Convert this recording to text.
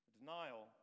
denial